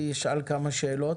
אני אשאל כמה שאלות.